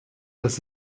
dass